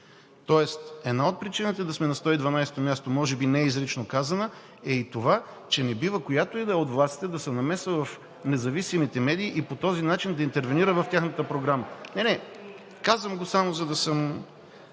Тоест една от причините да сме на 112-ото място – може би не изрично казана, е и това, че не бива която и да е от властите да се намесва в независимите медии и по този начин да интервенира в тяхната програма. (Шум и реплики от ИСМВ.)